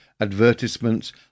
advertisements